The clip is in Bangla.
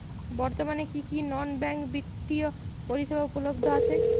বর্তমানে কী কী নন ব্যাঙ্ক বিত্তীয় পরিষেবা উপলব্ধ আছে?